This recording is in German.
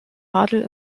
adel